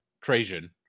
Trajan